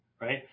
right